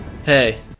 Hey